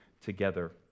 together